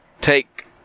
take